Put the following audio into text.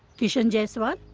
kishan jaiswal